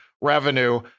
revenue